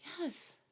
Yes